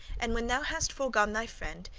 and when thou hast forgone thy friend,